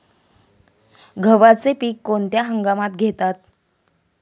गव्हाचे पीक कोणत्या हंगामात घेतात?